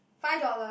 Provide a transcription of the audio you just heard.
five dollars